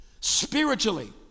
spiritually